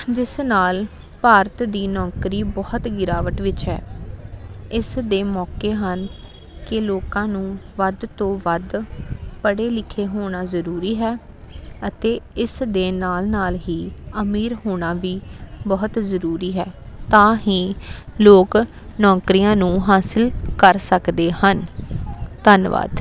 ਜਿਸ ਨਾਲ ਭਾਰਤ ਦੀ ਨੌਕਰੀ ਬਹੁਤ ਗਿਰਾਵਟ ਵਿੱਚ ਹੈ ਇਸ ਦੇ ਮੌਕੇ ਹਨ ਕਿ ਲੋਕਾਂ ਨੂੰ ਵੱਧ ਤੋਂ ਵੱਧ ਪੜ੍ਹੇ ਲਿਖੇ ਹੋਣਾ ਜ਼ਰੂਰੀ ਹੈ ਅਤੇ ਇਸ ਦੇ ਨਾਲ ਨਾਲ ਹੀ ਅਮੀਰ ਹੋਣਾ ਵੀ ਬਹੁਤ ਜ਼ਰੂਰੀ ਹੈ ਤਾਂ ਹੀ ਲੋਕ ਨੌਕਰੀਆਂ ਨੂੰ ਹਾਸਲ ਕਰ ਸਕਦੇ ਹਨ ਧੰਨਵਾਦ